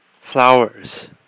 flowers